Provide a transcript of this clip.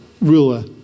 ruler